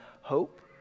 hope